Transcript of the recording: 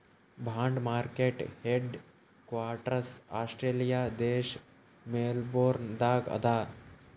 bond market headquarters Australia ದೇಶ್ Melbourne ದಾಗ್ ಅದಾ